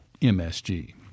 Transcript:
MSG